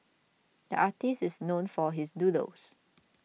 the artist is known for his doodles